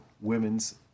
women's